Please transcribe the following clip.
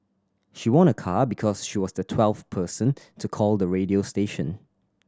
she won a car because she was the twelfth person to call the radio station